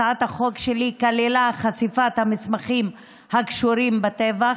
הצעת החוק שלי כללה חשיפת המסמכים הקשורים בטבח,